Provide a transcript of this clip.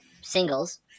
singles